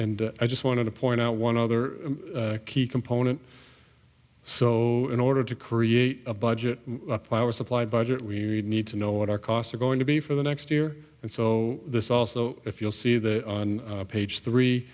and i just want to point out one other key component so in order to create a budget plan our supply budget we need to know what our costs are going to be for the next year and so this also if you'll see that on page three